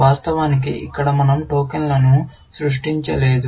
వాస్తవానికి ఇక్కడ మన০ టోకెన్లను సృష్టించలేదు